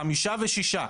חמישה ושישה.